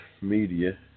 media